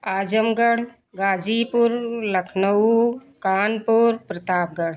Azamgarh Ghazipur Lucknow Kanpur Pratapgarh